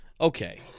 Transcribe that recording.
Okay